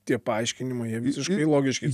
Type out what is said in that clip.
tie paaiškinimai jie visiškai logiški